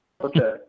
Okay